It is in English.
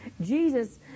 Jesus